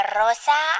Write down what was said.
rosa